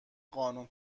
قانون